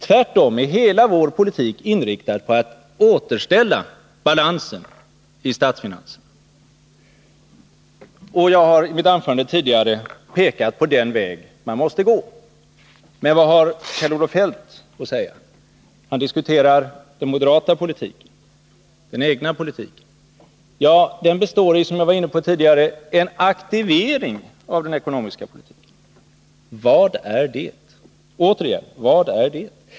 Tvärtom är hela vår politik inriktad på att återställa balansen i statsfinanserna. Jag har i mitt anförande tidigare pekat på den väg man måste gå. Men vad har Kjell-Olof Feldt att säga? Han diskuterar mest den moderata politiken och mindre den egna politiken. Den senare sägs bestå i, som jag också var inne på tidigare, en aktivering av den ekonomiska politiken. Och vad är det?